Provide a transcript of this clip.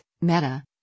Meta